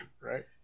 Right